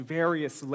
various